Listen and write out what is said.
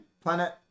Planet